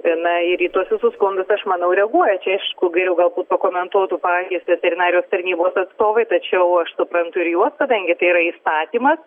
na ir į tuos visus skundus aš manau reaguoja čia aišku geriau galbūt pakomentuotų patys veterinarijos tarnybos atstovai tačiau aš suprantu ir juos kadangi tai yra įstatymas